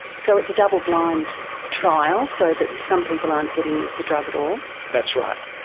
so it's a double-blind trial, so that some people aren't getting the drug at all. that's right.